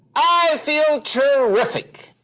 i feel terrific!